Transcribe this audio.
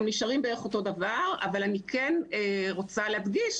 הם נשארים בערך אותו דבר, אבל אני כן רוצה להדגיש